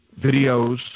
videos